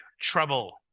trouble